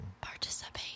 Participate